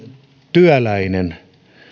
työläinen